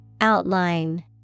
Outline